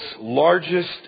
largest